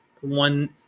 one